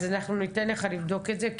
אז אנחנו ניתן לך לבדוק את זה,